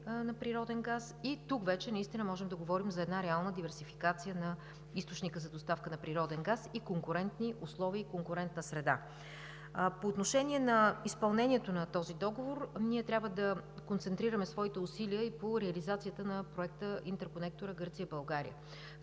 на природен газ. И тук вече наистина можем да говорим за една реална диверсификация на източника за доставка на природен газ, конкурентни условия и конкурентна среда. По отношение на изпълнението на този договор ние трябва да концентрираме своите усилия и по реализацията на проекта за интерконектор Гърция – България.